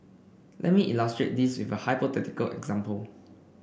let me illustrate this with a hypothetical example